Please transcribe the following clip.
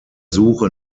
suche